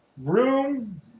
Room